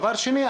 דבר שלישי,